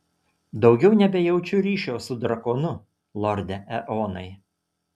daugiau nebejaučiu ryšio su drakonu lorde eonai